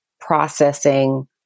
processing